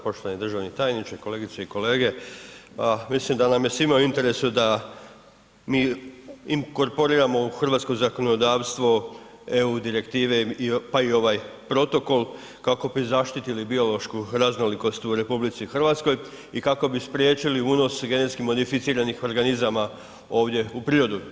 Poštovani državni tajniče, kolegice i kolege, mislim da nam je svima u interesu da mi inkorporiramo u hrvatsko zakonodavstvo EU direktive, pa i ovaj protokol kako bi zaštitili biološku raznolikost u RH i kako bi spriječili unos genetski modificiranih organizama ovdje u prirodu.